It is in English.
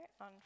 on